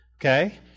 Okay